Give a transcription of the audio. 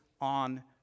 on